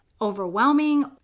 overwhelming